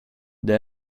det